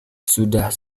sudah